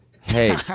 Hey